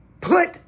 Put